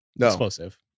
explosive